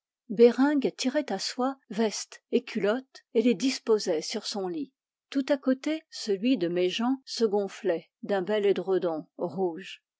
bereng tirait à soi veste et culotte et les disposait sur son lit tout à côté celui de méjean se gonflait d'un bel édredon rouge